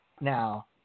now